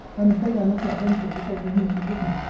i am afraid i must not venture to take the hint you give me,